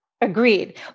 Agreed